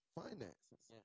finances